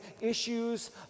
issues